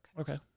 Okay